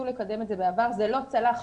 זה לא צלח,